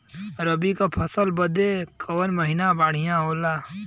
रबी क फसल बदे सबसे बढ़िया माटी का ह?